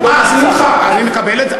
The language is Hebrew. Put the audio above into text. אז אני מקבל את זה.